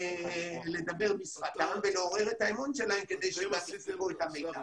לדבר בשפתם ולעורר את האמון שלהם כדי שימסרו את המידע.